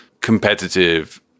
competitive